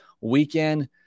weekend